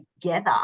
together